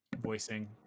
voicing